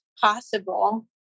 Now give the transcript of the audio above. possible